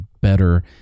better